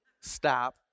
stop